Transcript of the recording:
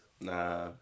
Nah